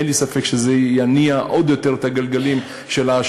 אין לי ספק שזה יניע עוד יותר את גלגלי האשראי.